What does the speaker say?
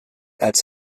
als